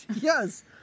Yes